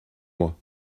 mois